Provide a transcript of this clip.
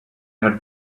had